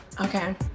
Okay